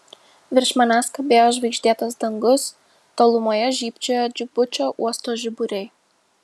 virš manęs kabėjo žvaigždėtas dangus tolumoje žybčiojo džibučio uosto žiburiai